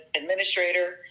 administrator